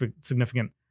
significant